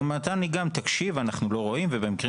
הוא אמר לי גם: אנחנו לא רואים ובמקרים